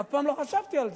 אף פעם לא חשבתי על זה.